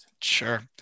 sure